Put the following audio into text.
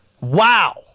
Wow